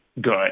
good